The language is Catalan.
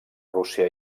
rússia